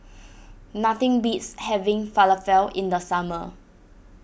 nothing beats having Falafel in the summer